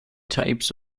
types